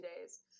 days